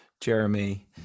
Jeremy